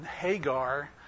Hagar